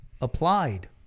applied